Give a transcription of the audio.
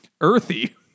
Earthy